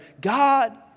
God